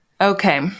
Okay